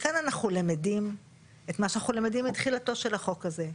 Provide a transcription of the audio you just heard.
מכאן אנחנו למדים את מה שאנחנו למדים מתחילתו של החוק הזה.